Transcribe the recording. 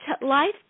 life